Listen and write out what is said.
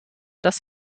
das